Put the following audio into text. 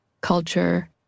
culture